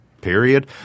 period